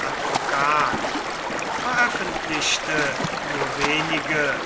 advokat veröffentlichte nur wenige